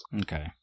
Okay